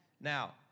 Now